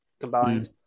combined